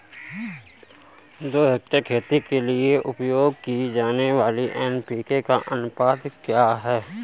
दो हेक्टेयर खेती के लिए उपयोग की जाने वाली एन.पी.के का अनुपात क्या है?